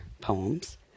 poems